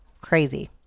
Crazy